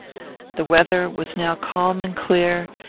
the weather was now calm and clear,